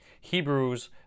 hebrews